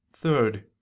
Third